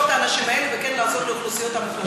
את האנשים האלה וכן לעזור לאוכלוסיות המוחלשות?